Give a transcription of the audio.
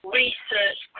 research